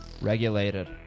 regulated